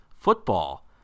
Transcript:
Football